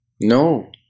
No